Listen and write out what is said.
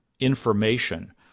information